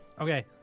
Okay